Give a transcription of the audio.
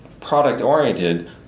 product-oriented